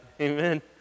amen